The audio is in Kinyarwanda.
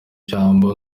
ijambo